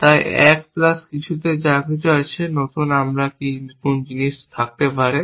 তাই 1 প্লাস কিছুতে যা কিছু আছে নতুন আমরা কি নতুন জিনিস থাকতে পারে